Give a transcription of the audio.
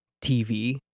TV